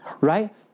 right